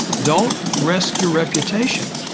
don't risk your reputation.